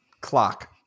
clock